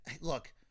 look